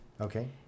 Okay